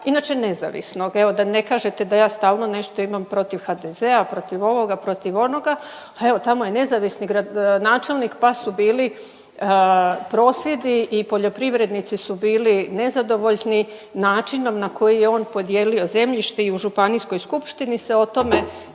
inače nezavisnog. Evo da ne kažete da ja stalno nešto imam protiv HDZ-a, protiv ovoga, protiv onoga. Pa evo tamo je nezavisni gradonačelnik pa su bili prosvjedi i poljoprivrednici su bili nezadovoljni načinom na koji je on podijelio zemljište i u županijskoj skupštini se o tome